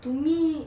to me